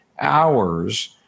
hours